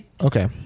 Okay